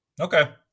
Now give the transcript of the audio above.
okay